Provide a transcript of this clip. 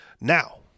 Now